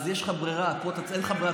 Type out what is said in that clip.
אז פה אין לך ברירה,